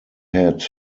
had